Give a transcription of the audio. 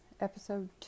episode